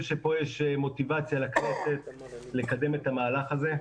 שפה יש מוטיבציה לקדם את המהלך הזה.